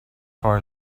far